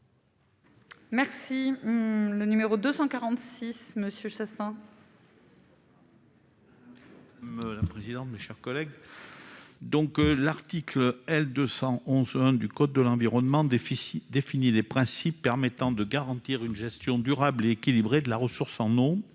Merci le numéro 246 Monsieur Chassaing. La président, mes chers collègues, donc l'article L 211 1 du code de l'environnement déficit défini des principes permettant de garantir une gestion durable et équilibrée de la ressource en ont,